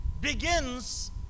begins